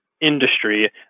industry